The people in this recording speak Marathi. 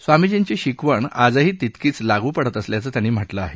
स्वामीजींची शिकवण आजही तितकीच लाग् पडत असल्याचं त्यांनी म्हटलं आहे